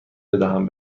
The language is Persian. بدهم